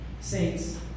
saints